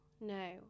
no